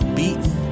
beaten